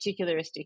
particularistic